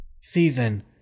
season